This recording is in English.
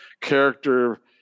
character